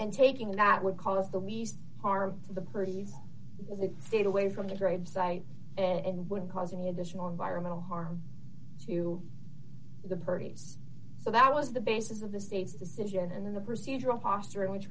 and taking that would cause the least harm to the pretty they stayed away from the grave site and would cause any additional environmental harm to the parties so that was the basis of the state's decision and then the procedural fostering which